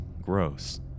gross